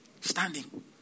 Standing